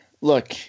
look